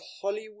Hollywood